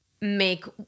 make